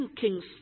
Kings